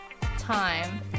time